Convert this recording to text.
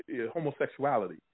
homosexuality